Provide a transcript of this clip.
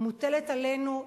מוטלת עלינו,